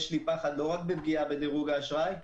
יש לי פחד לא רק מפגיעה בדירוג האשראי,